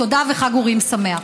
תודה וחג אורים שמח.